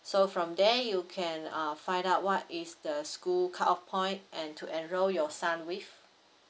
so from there you can uh find out what is the school cut off point and to enroll your son with